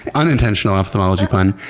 unintentional ophthalmology pun.